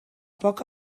poc